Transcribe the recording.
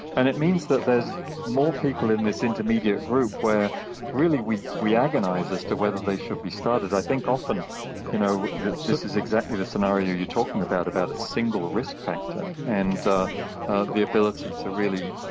and it means that there is more people in this intermediate group where really we we agonise as to whether they should be started. i think often you know this is exactly the scenario you're talking about, about a single risk factor, and ah ah the ability to really